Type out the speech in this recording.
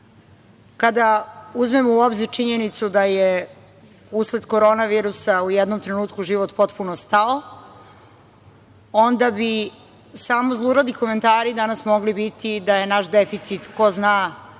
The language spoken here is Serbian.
mali. Kada uzmemo u obzir činjenicu da je usled korona virusa u jednom trenutku život potpuno stao, onda bi samo zluradi komentari danas mogli biti da je naš deficit ko zna